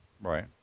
Right